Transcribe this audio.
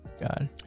God